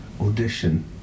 audition